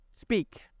speak